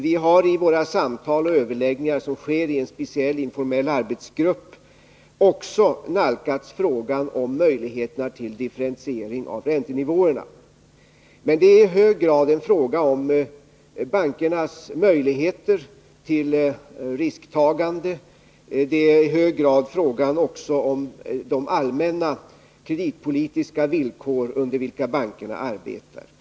Vi har i våra samtal och överläggningar, som bedrivs i en särskild, informell arbetsgrupp, också nalkats frågan om möjligheterna till differentiering av räntenivåerna. Detta är dock i hög grad en fråga om bankernas möjligheter till risktagande liksom om de allmänna kreditpolitiska villkor som bankerna arbetar under.